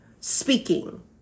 speaking